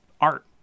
art